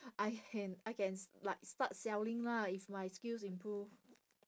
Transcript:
I can I can s~ like start selling lah if my skills improve